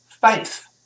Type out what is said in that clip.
faith